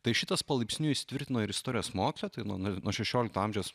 tai šitas palaipsniui įsitvirtino ir istorijos moksle tai nuo nulio nuo šešiolikto amžiaus